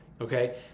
okay